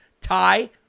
tie